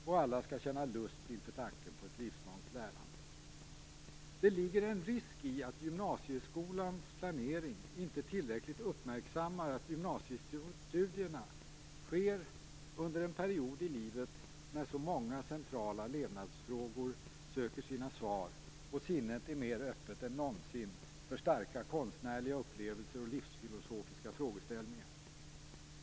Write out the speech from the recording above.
Och alla skall känna lust inför tanken på ett livslångt lärande. Det ligger en risk i att gymnasieskolans planering inte tillräckligt uppmärksammar att gymnasiestudierna sker under en period i livet när så många centrala levnadsfrågor söker sina svar och sinnet är mer öppet än någonsin för starka konstnärliga upplevelser och livsfilosofiska frågeställningar.